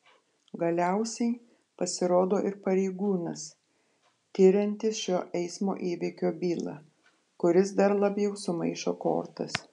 galiausiai pasirodo ir pareigūnas tiriantis šio eismo įvykio bylą kuris dar labiau sumaišo kortas